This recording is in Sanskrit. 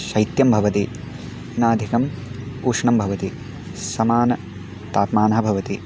शैत्यं भवति नाधिकम् उष्णं भवति समानतापमानः भवति